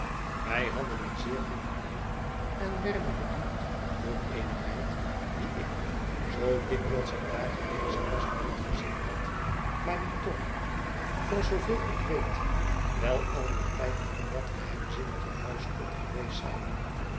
wij hadden een zeer goed diner en werden bediend door eene meid die ik zoo dikwijls ik daar geweest was nooit gezien had maar die toch voor zooveel ik weet wel al dien tijd in dat geheimzinnige huis kon geweest zijn